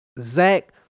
Zach